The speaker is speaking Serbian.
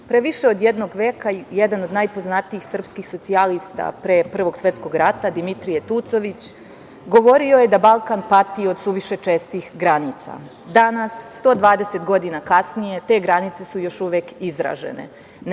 pre više od jednog veka, jedan od najpoznatijih srpskih socijalista pre Prvog svetskog rata, Dimitrije Tucović govorio je da Balkan pati od suviše čestih granica. Danas, 120 godina kasnije, te granice su još uvek izražene,